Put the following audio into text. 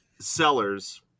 sellers